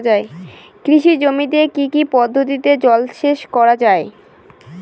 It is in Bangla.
কৃষি জমিতে কি কি পদ্ধতিতে জলসেচ করা য়ায়?